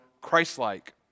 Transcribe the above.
Christlike